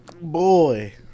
Boy